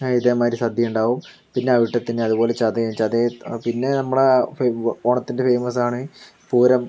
ഇതേ മാതിരി സദ്യ ഉണ്ടാകും പിന്നെ അവിട്ടത്തിന് അതുപോലെ ചതയം ചതയം പിന്നെ നമ്മുടെ ഓണത്തിൻ്റെ ഫേമസാണ് പൂരം